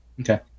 Okay